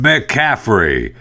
McCaffrey